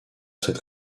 cette